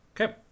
Okay